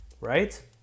right